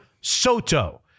Soto